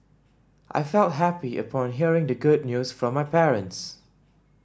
I felt happy upon hearing the good news from my parents